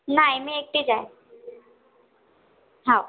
नाही मी एकटीच आहे हो